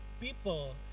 people